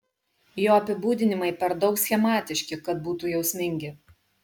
jo apibūdinimai per daug schematiški kad būtų jausmingi